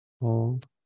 Hold